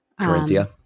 Corinthia